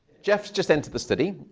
jeff's just entered the study.